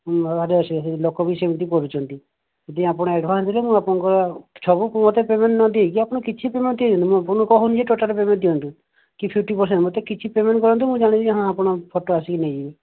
ଭାରି ଅସୁବିଧା ଲୋକ ବି ସେମିତି କରୁଛନ୍ତି ଯଦି ଆପଣ ଆଡଭାନ୍ସ ଦେବେ ମୁଁ ଆପଣଙ୍କର ସବୁ ମୋତେ ପେମେଣ୍ଟ ନଦେଇକି ଆପଣ କିଛି ପେମେଣ୍ଟ ଦିଅନ୍ତୁ ମୁଁ ଆପଣଙ୍କୁ କହୁନି ଯେ ଟୋଟାଲ ପେମେଣ୍ଟ ଦିଅନ୍ତୁ କି ଫିପ୍ଟି ପରସେଣ୍ଟ ମୋତେ କିଛି ପେମେଣ୍ଟ କରନ୍ତୁ କିଛି ପେମେଣ୍ଟ କରନ୍ତୁ ମୁଁ ଜାଣିବି ଯେ ହଁ ଆପଣ ଫୋଟୋ ଆସିକି ନେଇଯିବେ